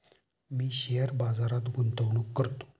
मी share बाजारात गुंतवणूक करतो